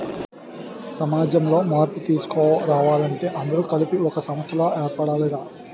సమాజంలో మార్పు తీసుకురావాలంటే అందరూ కలిసి ఒక సంస్థలా ఏర్పడాలి రా